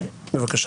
בבקשה.